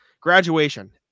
graduation